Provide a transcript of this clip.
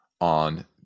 on